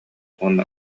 уонна